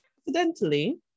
accidentally